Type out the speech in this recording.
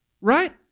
right